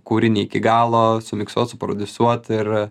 kūrinį iki galo sumiksuot suprodiusuot ir